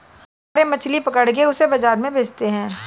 मछुआरे मछली पकड़ के उसे बाजार में बेचते है